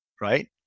right